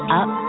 up